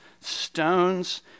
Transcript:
stones